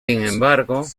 embargo